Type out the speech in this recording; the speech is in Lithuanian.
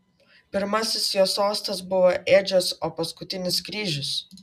pirmasis jo sostas buvo ėdžios o paskutinis kryžius